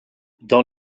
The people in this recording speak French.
dans